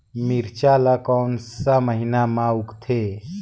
मिरचा ला कोन सा महीन मां उगथे?